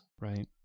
Right